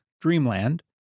*Dreamland